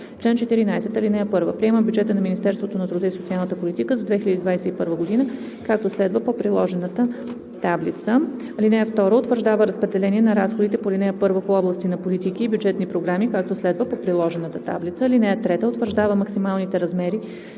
„Чл. 14. (1) Приема бюджета на Министерството на труда и социалната политика за 2021 г., както следва: по приложената таблица. (2) Утвърждава разпределение на разходите по ал. 1 по области на политики и бюджетни програми, както следва: по приложената таблица. (3) Утвърждава максималните размери